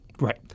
Right